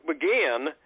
began